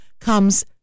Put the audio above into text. comes